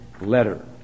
Letter